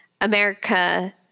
America